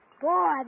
Boy